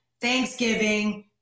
Thanksgiving